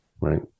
right